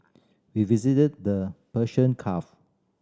we visited the Persian